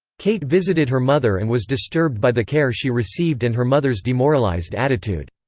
kate visited her mother and was disturbed by the care she received and her mother's demoralized attitude.